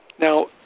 Now